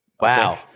Wow